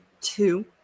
two